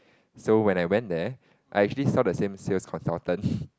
so when I went there I actually saw the same sales consultant